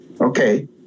okay